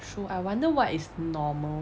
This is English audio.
so I wonder what is normal